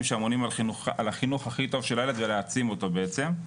שאמונים על החינוך הכי טוב של הילד ולהעצים אותו בעצם.